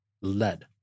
lead